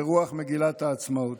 ברוח מגילת העצמאות.